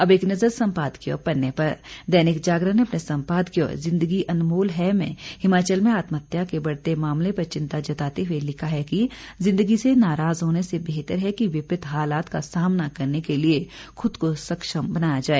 अब एक नज़र संपादकीय पन्ने पर दैनिक जागरण ने अपने संपादकीय जिन्दगी अनमोल है में हिमाचल में आत्महत्या के बढ़ते मामले पर चिंता जताते हुए लिखा है कि जिंन्दगी से नाराज़ होने से बेहतर है कि विपरित हालात का सामना करने के लिए खुद को सक्षम बनाया जाए